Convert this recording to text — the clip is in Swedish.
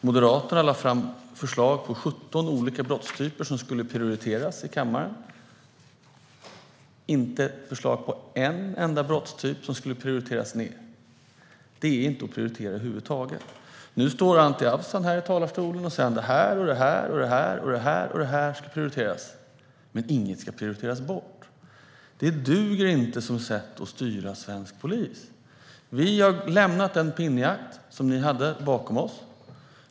Moderaterna lade däremot i kammaren fram förslag på 17 olika brottstyper som skulle prioriteras, men man hade inte förslag om att en enda brottstyp skulle prioriteras ned. Det är ju inte att prioritera över huvud taget. Nu står Anti Avsan i talarstolen och räknar upp olika saker som ska prioriteras, samtidigt som inget ska prioriteras bort. Det duger inte som sätt att styra svensk polis. Vi har lämnat den pinnjakt som ni bedrev bakom oss.